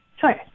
Sure